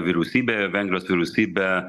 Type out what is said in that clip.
vyriausybe vengrijos vyriausybe